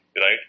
right